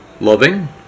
loving